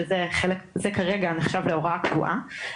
זה כרגע נחשב להוראה קבועה.